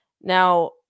Now